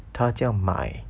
他这样买